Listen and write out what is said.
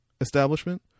establishment